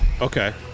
Okay